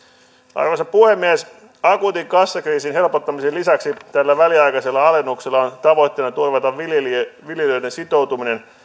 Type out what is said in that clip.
arvoisa puhemies akuutin kassakriisin helpottamisen lisäksi tällä väliaikaisella alennuksella on tavoitteena turvata viljelijöiden viljelijöiden sitoutuminen